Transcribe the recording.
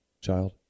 child